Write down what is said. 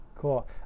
Cool